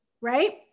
right